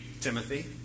Timothy